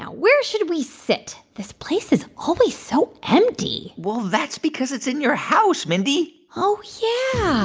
ah where should we sit? this place is always so empty well, that's because it's in your house, mindy oh, yeah.